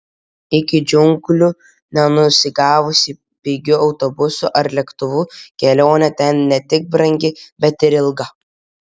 iki džiunglių nenusigausi pigiu autobusu ar lėktuvu kelionė ten ne tik brangi bet ir ilga